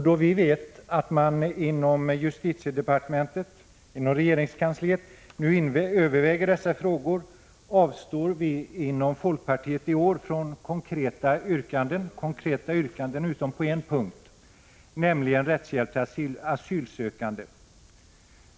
Då vi vet att man inom justitiedepartementet nu överväger dessa frågor, avstår vi inom folkpartiet i år från konkreta yrkanden utom på en punkt, nämligen rättshjälp till asylsökande.